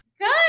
Good